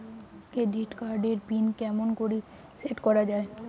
Credit card এর pin কেমন করি সেট করা য়ায়?